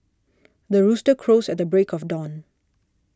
the rooster crows at the break of dawn